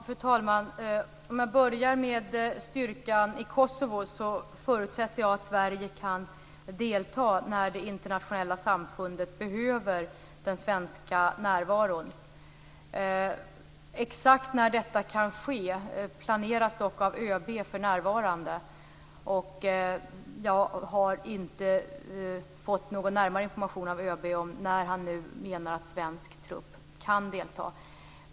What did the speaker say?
Fru talman! Jag kan börja med att ta upp styrkan i Kosovo. Jag förutsätter att Sverige kan delta när det internationella samfundet behöver den svenska närvaron. Exakt när detta kan ske planeras dock av ÖB för närvarande. Jag har inte fått någon närmare information av ÖB om när han menar att en svensk trupp kan delta.